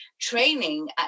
training